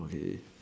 okay